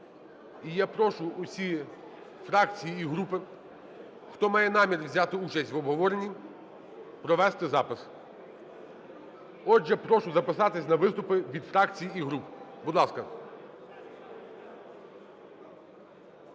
І я прошу усі фракції і групи, хто має намір взяти участь в обговоренні, провести запис. Отже, прошу записатись на виступи від фракцій і груп. Будь ласка.